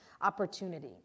opportunity